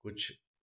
कुछ